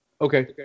Okay